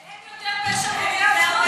שאין יותר פשע מאורגן?